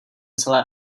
celé